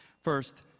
First